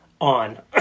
on